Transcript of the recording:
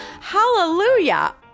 hallelujah